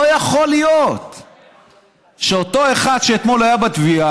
לא יכול להיות שאותו אחד שהיה אתמול בתביעה,